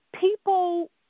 people